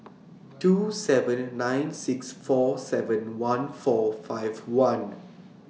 two seven nine six four seven one four five one